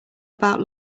about